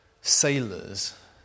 sailors